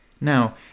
Now